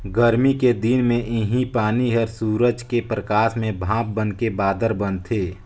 गरमी के दिन मे इहीं पानी हर सूरज के परकास में भाप बनके बादर बनथे